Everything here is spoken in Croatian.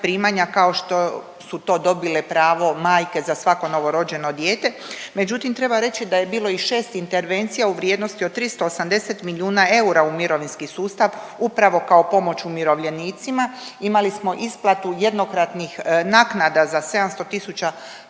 kao što su to dobile pravo majke za svako novorođeno dijete, međutim treba reći da je bilo i 6 intervencija u vrijednosti od 380 milijuna eura u mirovinski sustav upravo kao pomoć umirovljenicima, imali smo isplatu jednokratnih naknada za 700 tisuća